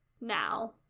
now